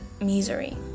misery